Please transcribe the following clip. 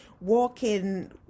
walking